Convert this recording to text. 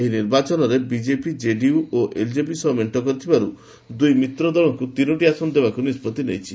ଏହି ନିର୍ବାଚନରେ BJP JDU ଓ ଏଲ୍ଜେପି ସହ ମେଣ୍ଟ କରିଥିବାରୁ ଦୁଇ ମିତ୍ର ଦଳଙ୍କୁ ତିନୋଟି ଆସନ ଦେବାକୁ ନିଷ୍ପଭି ନେଇଛି